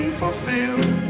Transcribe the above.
fulfilled